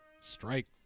Strike